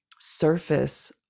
surface